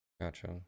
Gotcha